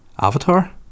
Avatar